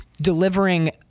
delivering